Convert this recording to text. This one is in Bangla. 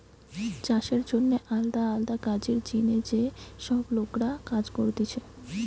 চাষের জন্যে আলদা আলদা কাজের জিনে যে সব লোকরা কাজ করতিছে